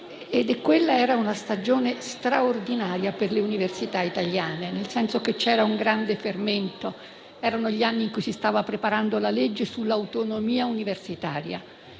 e quella era una stagione straordinaria per le università italiane, nel senso che c'era un grande fermento. Erano gli anni in cui si stava preparando la legge sull'autonomia universitaria